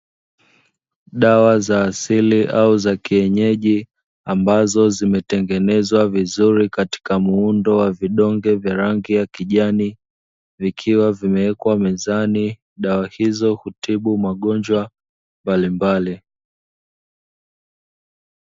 Dawa za asili au za kienyeji, ambazo zimetengenezwa vizuri katika muundo wa vidonge vya rangi ya kijani, vikiwa vimewekwa mezani, dawa hizo hutibu magonjwa mbalimbali.